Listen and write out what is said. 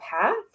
path